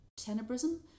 tenebrism